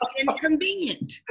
inconvenient